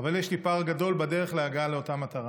אבל יש לי פער גדול בדרך להגעה לאותה מטרה.